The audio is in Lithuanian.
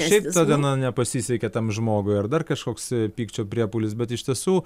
šiaip ta diena nepasisekė tam žmogui ar dar kažkoks pykčio priepuolis bet iš tiesų